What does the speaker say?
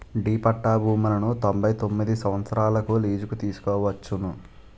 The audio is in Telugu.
డి పట్టా భూములను తొంభై తొమ్మిది సంవత్సరాలకు లీజుకు తీసుకోవచ్చును